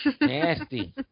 Nasty